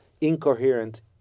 incoherent